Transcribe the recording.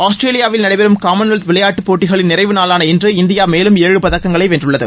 ஆஸ்திரேலியாவில் நடைபெறும் காமன்வெல்த் விளையாட்டு போட்டிகளின் நிறைவு நாளான இன்று இந்தியா மேலும் ஏழு பதக்கங்களை வென்றுள்ளது